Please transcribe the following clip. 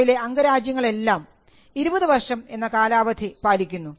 ഓ യിലെ അംഗരാജ്യങ്ങൾ എല്ലാം 20 വർഷം എന്ന കാലാവധി പാലിക്കുന്നു